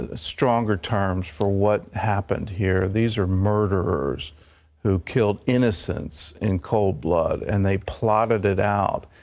ah stronger terms for what happened here. these were murderers who killed innocents in cold blood, and they plotted it out.